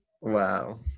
Wow